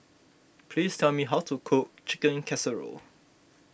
please tell me how to cook Chicken Casserole